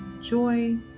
joy